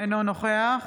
אינו נוכח